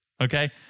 Okay